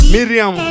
Miriam